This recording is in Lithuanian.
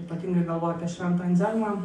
ypatingai galvoju apie šventą anzelmą